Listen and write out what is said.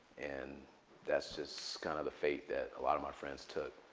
and that's just kind of the fate that a lot of my friends took.